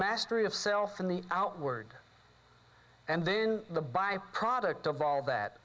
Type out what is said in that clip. mastery of self in the outward and then the byproduct of all that